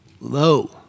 low